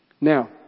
Now